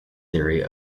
theory